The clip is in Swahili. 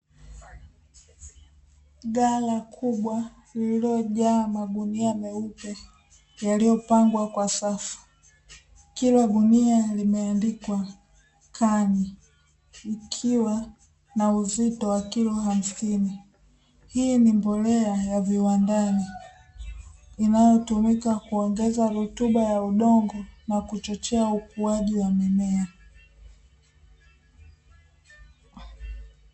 Ghala kubwa lililojaa magunia meupe yaliyopangwa kwa safu, kila gunia limeandika "CAN" ikiwa na uzito wa kilo hamsini, hii ni mbolea ya viwandani inayotumika kuongeza rutuba ya udongo na kuchochea ukuaji wa mimea.